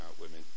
women